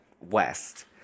west